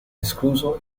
escluso